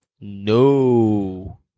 No